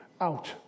out